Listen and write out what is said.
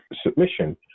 submission